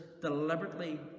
deliberately